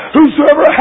Whosoever